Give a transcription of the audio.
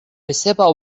esseva